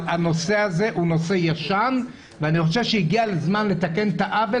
הנושא הזה הוא נושא ישן ואני חושב שהגיע הזמן לתקן את העוול